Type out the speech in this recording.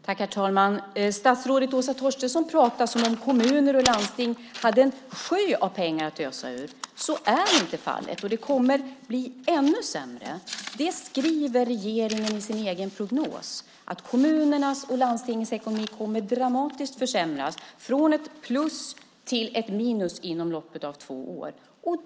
Herr talman! Statsrådet Åsa Torstensson pratar som om kommuner och landsting hade en sjö av pengar att ösa ur. Så är inte fallet, och det kommer att bli ännu sämre. Det skriver regeringen i sin egen prognos. Kommunernas och landstingens ekonomi kommer att försämras dramatiskt, från ett plus till ett minus inom loppet av två år.